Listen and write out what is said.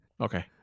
Okay